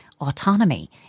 autonomy